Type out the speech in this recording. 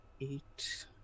eight